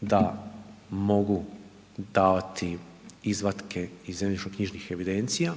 da mogu davati izvatke iz zemljišnoknjižnih evidencija,